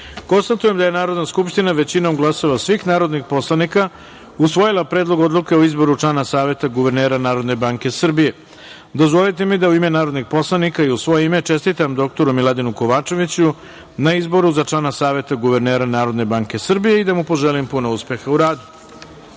petoro. Konstatujem da je Narodna skupština većinom glasova svih narodnih poslanika usvojila Predlog odluke o izboru člana Saveta guvernera Narodne banke Srbije. Dozvolite mi da, u ime narodnih poslanika i u svoje ime, čestitam dr Miladinu Kovačeviću na izboru za člana Saveta guvernera Narodne banke Srbije i da mu poželim puno uspeha u